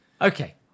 Okay